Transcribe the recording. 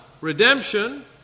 redemption